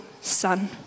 son